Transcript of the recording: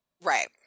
Right